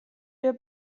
wir